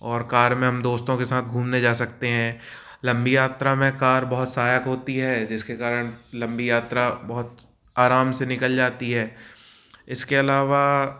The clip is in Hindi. और कार में हम दोस्तों के साथ घूमने जा सकते हैं लंबी यात्रा में कार बहुत सहायक होती है जिसके कारण लंबी यात्रा बहुत आराम से निकल जाती है इसके अलावा